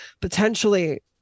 potentially